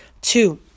Two